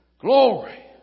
Glory